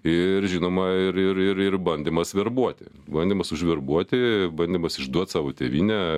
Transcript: ir žinoma ir ir ir ir bandymas verbuoti bandymas užverbuoti bandymas išduot savo tėvynę